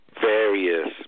various